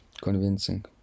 convincing